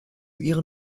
ihren